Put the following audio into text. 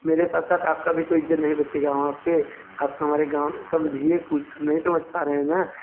मेरे साथ साथ आपका भी तो इज़्ज़त नहीं बचेगा वहाँ पे आप तो हमारे गाँव समझिये नहीं समझ पा रहे हैं ना